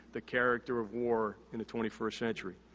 the character of war in the twenty first century.